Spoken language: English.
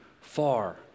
far